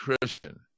Christian